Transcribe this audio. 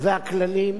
והכללים